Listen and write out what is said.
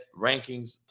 rankings